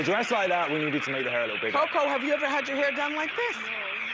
dress like that, we needed to make the hair a little bigger. coco, have you ever had your hair done like this? no.